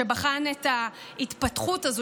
שבחן את ההתפתחות של